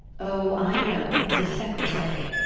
oh, i know the secretary,